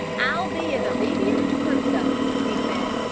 i'll be as obedient as crusoe, he said,